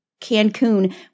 Cancun